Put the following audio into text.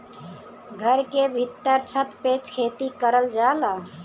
घर के भीत्तर छत पे खेती करल जाला